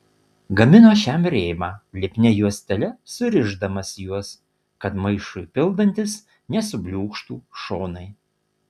gamino šiam rėmą lipnia juostele surišdamas juos kad maišui pildantis nesubliūkštų šonai